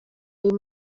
uyu